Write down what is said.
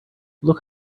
look